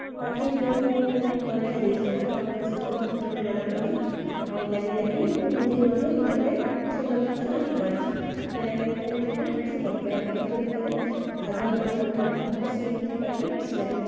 ବାକି ଯେଉଁମାନେ ବି ପରୀକ୍ଷା ଦେଇଥିଲେ ତାଙ୍କମାନଙ୍କ ସହିତ ମୁଁ ଚିତ୍ର ବି ମେଳ କଲି ଆଉ ଲାଗିଲା କିି ମୁଁ ନିଜେ ମଧ୍ୟ କିଛି ଗୋଟେ ସୁନ୍ଦର ଚିତ୍ର ଆଙ୍କିପାରୁଛି ସେଥିଲାଗି ମତେ ନିଜକୁ ଖୁସି ଲାଗିଲା ପ୍ରତିଯୋଗିତାରେ ଭାଗ ନେଇଥିବାରୁ ମଧ୍ୟ ମତେ ସେଇଥିପାଇଁ ବି ଖୁସି ଲାଗିଲା